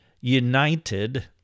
united